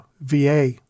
VA